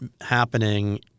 happening